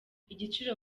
igiciro